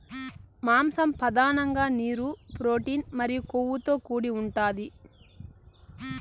మాంసం పధానంగా నీరు, ప్రోటీన్ మరియు కొవ్వుతో కూడి ఉంటాది